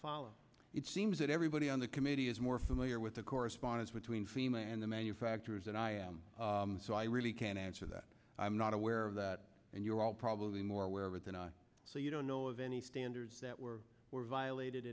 follow it seems that everybody on the committee is more familiar with the correspondence between fema and the manufacturers and so i really can't answer that i'm not aware of that and you're all probably more aware of it the not so you don't know of any standards that were violated